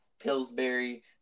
Pillsbury